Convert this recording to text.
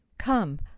Come